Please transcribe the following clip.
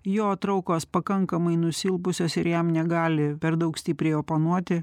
jo traukos pakankamai nusilpusios ir jam negali per daug stipriai oponuoti